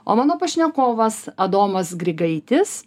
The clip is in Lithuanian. o mano pašnekovas adomas grigaitis